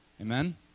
Amen